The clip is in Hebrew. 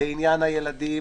לעניין הילדים,